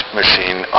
machine